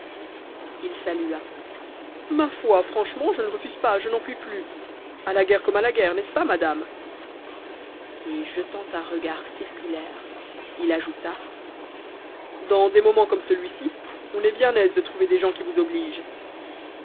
il salua ma foi franchement je ne refuse pas je n'en peux plus a la guerre comme à la guerre n'est-ce pas madame et jetant un regard circulaire il ajouta dans des moments comme celui-ci on est bien aise de trouver des gens qui vous obligent